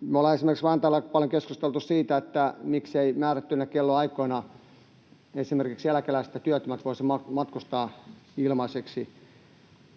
Me ollaan esimerkiksi Vantaalla aika paljon keskusteltu siitä, mikseivät määrättyinä kellonaikoina esimerkiksi eläkeläiset ja työttömät voisi matkustaa ilmaiseksi.